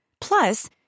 Plus